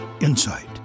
insight